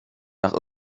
nach